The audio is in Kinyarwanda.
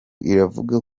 iravuga